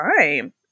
time